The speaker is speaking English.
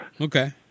Okay